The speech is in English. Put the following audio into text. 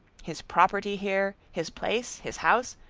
his property here, his place, his house,